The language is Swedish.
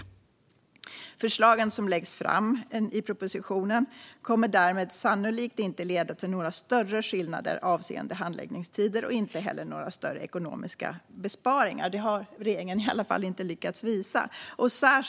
Förslagen som läggs fram i propositionen kommer därmed sannolikt inte att leda till några större skillnader avseende handläggningstider och inte heller till några större ekonomiska besparingar. Det har regeringen i alla fall inte lyckats visa.